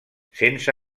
sense